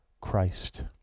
Christ